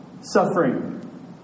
suffering